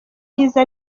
myiza